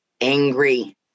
angry